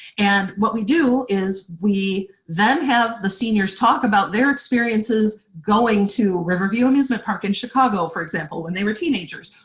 and what we do is we then have the seniors talk about their experiences going to riverview amusement park in chicago, for example, when they were teenagers,